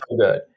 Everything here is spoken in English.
good